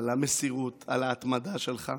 על המסירות, על ההתמדה שלך.